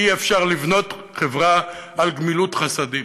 אי-אפשר לבנות חברה על גמילות חסדים,